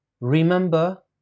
remember